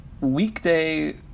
weekday